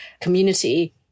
community